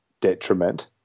detriment